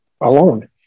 alone